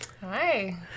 Hi